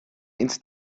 ins